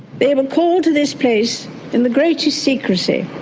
they were called to this place in the greatest secrecy,